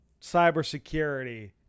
cybersecurity